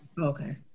okay